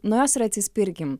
nuo jos ir atsispirkim